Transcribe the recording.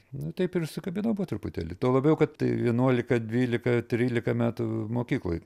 na taip ir užsikabinau po truputėlį tuo labiau kad tai vienuolika dvylika trylika metų mokykloj